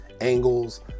angles